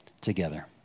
together